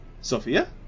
Sophia